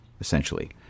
essentially